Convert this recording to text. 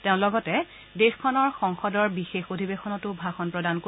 তেওঁ লগতে দেশখনৰ সংসদৰ বিশেষ অধিৱেশনতো ভাষণ প্ৰদান কৰিব